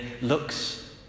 looks